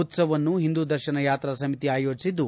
ಉತ್ಸವವನ್ನು ಸಿಂಧು ದರ್ಶನ ಯಾತ್ರಾ ಸಮಿತಿ ಆಯೋಜಿಸಿದ್ದು